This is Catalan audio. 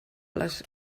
les